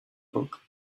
book